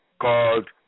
called